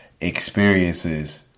experiences